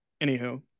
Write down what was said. Anywho